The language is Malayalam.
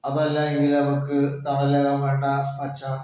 അത് അല്ലാ എങ്കിൽ അവർക്ക് തണൽ കിട്ടാൻ വേണ്ട പച്ച